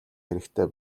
хэрэгтэй